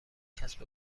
کسب